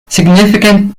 significant